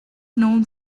known